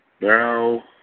now